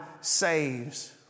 saves